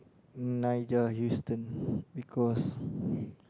Nigel-Huston because